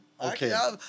Okay